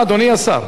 למה נלך רחוק?